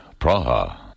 Praha